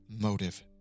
motive